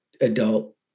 adult